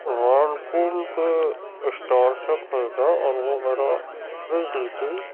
وارپل کے اسٹور سے خریدا اور وہ میرا فریج لی تھی